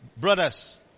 Brothers